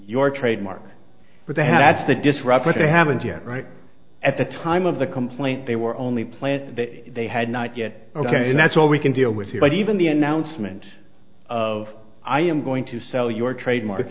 your trademark but they had to disrupt what they haven't yet right at the time of the complaint they were only plants that they had not yet ok and that's all we can deal with you but even the announcement of i am going to sell your trademark